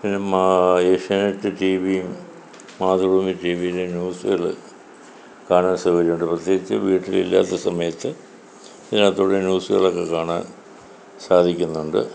പിന്നെ ഏഷ്യാനെറ്റ് ടീവിയും മാതൃഭൂമി ടീവിയിലെയും ന്യൂസുകൾ കാണാൻ ശ്രമിക്കുന്നുണ്ട് പ്രതേകിച്ചു വീട്ടിൽ ഇല്ലാത്ത സമയത്ത് ഇതിനകത്തു കൂടെ ന്യൂസുകളൊക്കെ കാണാൻ സാധിക്കുന്നുണ്ട്